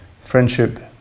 friendship